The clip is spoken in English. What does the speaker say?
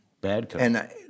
Bad